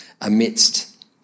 amidst